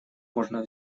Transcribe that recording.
можно